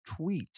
tweets